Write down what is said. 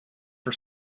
for